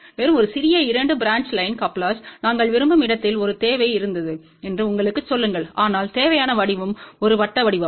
வெறும் ஒரு சிறிய 2 பிரான்ச் லைன் கப்லெர்ஸ்களை நாங்கள் விரும்பும் இடத்தில் ஒரு தேவை இருந்தது என்று உங்களுக்குச் சொல்லுங்கள் ஆனால் தேவையான வடிவம் ஒரு வட்ட வடிவம்